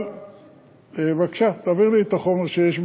אבל בבקשה תעביר לי את החומר שיש,